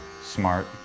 Smart